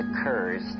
occurs